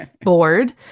bored